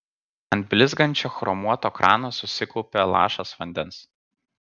ant blizgančio chromuoto krano susikaupė lašas vandens